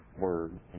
word